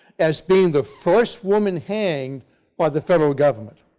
as being the first woman hanged by the federal government.